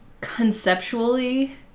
conceptually